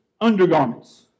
undergarments